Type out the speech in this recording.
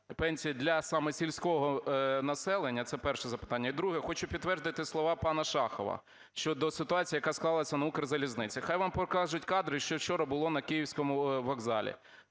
пенсій для саме сільського населення. Це перше запитання. І друге. Хочу підтвердити слова пана Шахова щодо ситуації, яка склалася на "Укрзалізниці". Нехай вам покажуть кадри, що вчора було на Київському вокзалі.